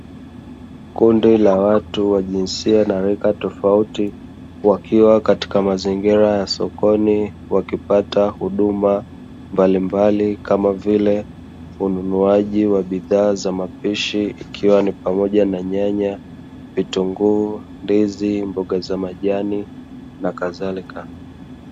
Kundi la watu wa jinsia na rika tofauti, wakiwa katika mazingira ya sokoni, wakipata huduma mbalimbali kama vile ununuaji wa bidhaa za mapishi, ikiwa ni pamoja na nyanya, vitunguu ndizi, mboga za majani na kadhalika.